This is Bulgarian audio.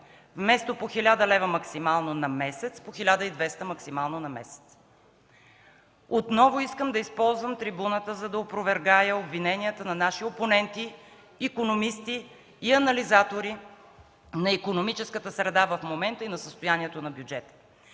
вместо по 1000 лв. максимално на месец – по 1200 лв. максимално на месец. Отново искам да използват трибуната, за да опровергая обвиненията на наши опоненти – икономисти и анализатори на икономическата среда и на състоянието в бюджета